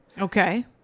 Okay